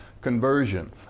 conversion